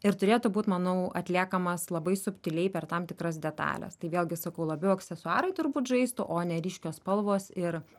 ir turėtų būt manau atliekamas labai subtiliai per tam tikras detales tai vėlgi sakau labiau aksesuarai turbūt žaistų o ne ryškios spalvos ir